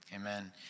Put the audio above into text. Amen